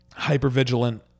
hypervigilant